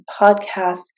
podcasts